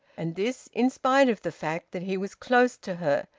and this, in spite of the fact that he was close to her,